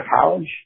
college